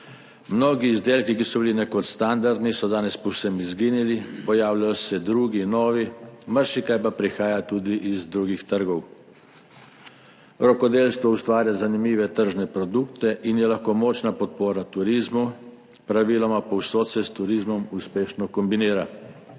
Mnogi izdelki, ki so bili nekoč standardni, so danes povsem izginili, pojavljajo se drugi, novi, marsikaj pa prihaja tudi z drugih trgov. Rokodelstvo ustvarja zanimive tržne produkte in je lahko močna podpora turizmu, praviloma povsod se uspešno kombinira